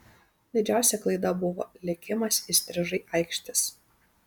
didžiausia klaida buvo lėkimas įstrižai aikštės